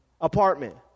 apartment